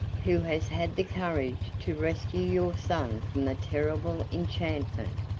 who has had the courage to rescue your son from the terrible enchantment.